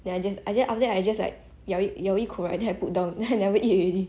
then I just I just after that I just like 咬一口 right then I put down then I never eat already